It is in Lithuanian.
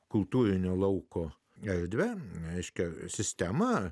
kultūrinio lauko erdvę reiškia sistema